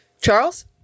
Charles